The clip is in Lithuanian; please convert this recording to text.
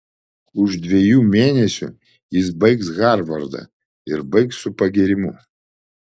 už dviejų mėnesių jis baigs harvardą ir baigs su pagyrimu